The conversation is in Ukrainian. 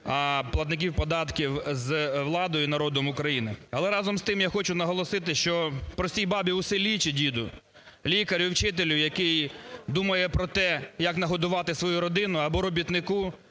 - платників податків з владою і народом України. Але разом з тим я хочу наголосити, що простій бабі у селі чи діду, лікарю і вчителю, який думає про те, як нагодувати свою родину або робітнику